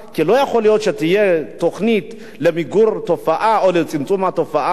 כי לא יכול להיות שתהיה תוכנית למיגור תופעה או לצמצום התופעה,